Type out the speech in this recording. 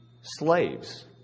slaves